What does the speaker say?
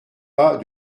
pas